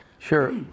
Sure